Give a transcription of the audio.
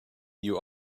you